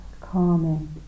calming